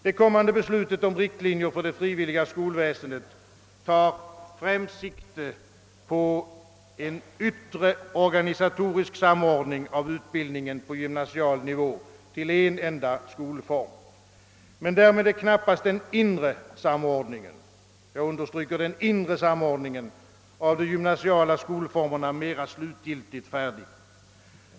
Det kommande beslutet om riktlinjer för det frivilliga skolväsendet tar främst sikte på en yttre organisatorisk samordning av utbildningen på gymnasial nivå till en enda skolform. Men därmed är knappast den inre samordningen — jag understryker den inre — av de gymnasiala skolformerna mera slutgiltigt färdig.